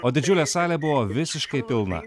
o didžiulė salė buvo visiškai pilna